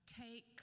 take